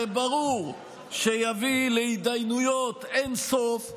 שברור שיביא להידיינויות אין-סוף.